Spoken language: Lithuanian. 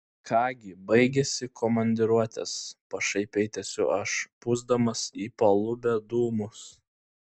ką gi baigėsi komandiruotės pašaipiai tęsiu aš pūsdamas į palubę dūmus